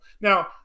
now